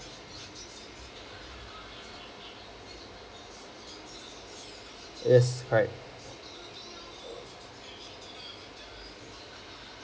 yes correct